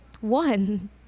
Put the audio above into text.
one